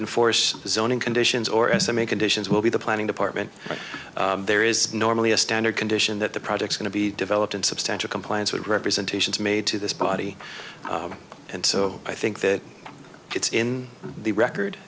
didn't force the zoning conditions or as i may conditions will be the planning department there is normally a standard condition that the projects going to be developed in substantial compliance with representations made to this body and so i think that it's in the record